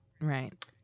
Right